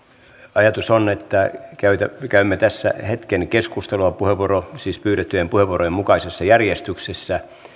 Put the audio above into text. ajatus on että käymme tässä hetken keskustelua pyydettyjen puheenvuorojen mukaisessa järjestyksessä